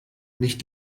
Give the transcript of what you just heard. nicht